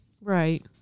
Right